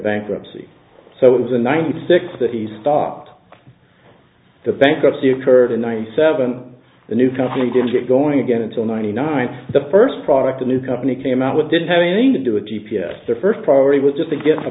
bankruptcy so it was in ninety six that he's bought up the bankruptcy occurred in ninety seven the new company didn't get going again until ninety nine the first product a new company came out with didn't have anything to do with g p s their first priority was just to get the